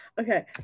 okay